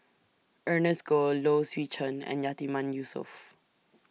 Ernest Goh Low Swee Chen and Yatiman Yusof